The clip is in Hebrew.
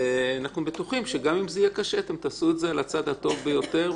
אנחנו בטוחים שגם אם זה יהיה קשה אתם תעשו את זה על הצד הטוב ביותר.